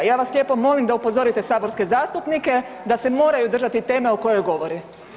I ja vas lijepo molim da upozorite saborske zastupnike, da se moraju držati teme o kojoj govore.